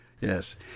Yes